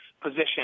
position